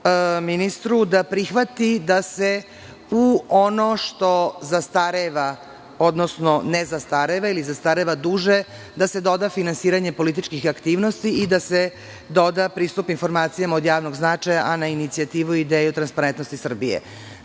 da prihvati da se u ono što zastareva, odnosno ne zastareva, ili zastareva duže, da se doda finansiranje političkih aktivnosti i da se doda pristup informacijama od javnog značaja, a na inicijativu i ideju Transparentnosti Srbije.Zašto